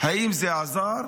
האם זה עזר